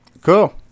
Cool